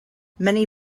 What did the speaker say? many